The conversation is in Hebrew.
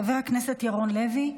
חבר הכנסת ירון לוי,